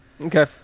Okay